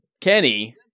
Kenny